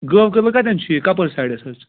گٲو کٔدلہٕ کَت۪ن چھُ یہِ کَپٲرۍ سایڈَس حظ